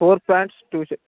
four pants two